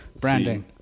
Branding